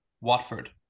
Watford